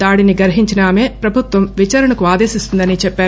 దాడిని గర్హించిన ఆమె ప్రభుత్వం విచారణకు ఆదేశిస్తుందని చెప్పారు